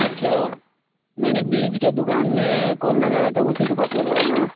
اچھا میں نے بیج کے دکان میں کال لگایا تھا اسی کے پاس لگایا نا